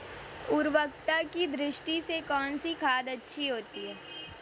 उर्वरकता की दृष्टि से कौनसी खाद अच्छी होती है?